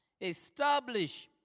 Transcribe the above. establish